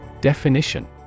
Definition